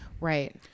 Right